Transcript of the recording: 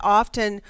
often